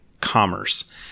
commerce